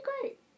great